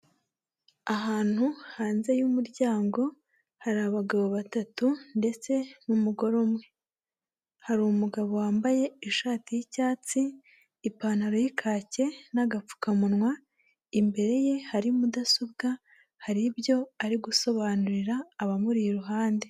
Ahantu hanze y'umuryango, hari abagabo batatu ndetse n'umugore umwe, hari umugabo wambaye ishati y'icyatsi, ipantaro y'ikake n'agapfukamunwa, imbere ye hari mudasobwa, hari ibyo ari gusobanurira abamuri iruhande.